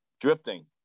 drifting